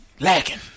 lacking